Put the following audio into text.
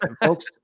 Folks